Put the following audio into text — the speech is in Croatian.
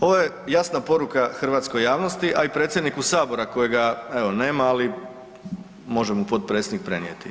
Ovo je jasna poruka hrvatskoj javnosti, a i predsjedniku Sabora kojega evo nema ali može mu potpredsjednik prenijeti.